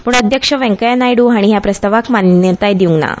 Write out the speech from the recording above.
पूण अध्यक्ष वेंकय्य नायडू हांणी ह्या प्रस्तावाक मान्यताय दिवंक ना